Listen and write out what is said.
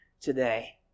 today